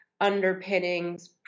underpinnings